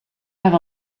have